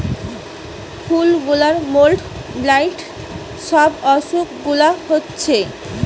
ফুল গুলার mould, blight সব অসুখ গুলা হচ্ছে